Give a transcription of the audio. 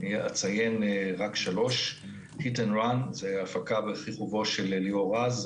אציין רק שלוש: Hit and run זה הפקה בכיכובו של ליאור רז,